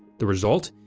the result?